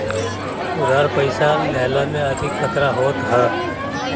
उधार पईसा लेहला में अधिका खतरा होत हअ